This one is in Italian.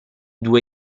due